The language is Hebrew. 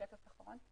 השקף האחרון.